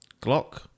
Glock